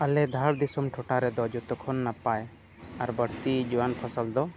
ᱟᱞᱮ ᱫᱷᱟᱲ ᱫᱤᱥᱚᱢ ᱴᱚᱴᱷᱟ ᱨᱮᱫᱚ ᱡᱚᱛᱚ ᱠᱷᱚᱱ ᱱᱟᱯᱟᱭ ᱟᱨ ᱵᱟᱹᱲᱛᱤ ᱡᱚᱣᱟᱱ ᱯᱷᱚᱥᱚᱞ ᱫᱚ